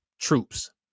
troops